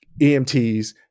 EMTs